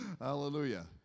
Hallelujah